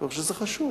אני חושב שזה חשוב.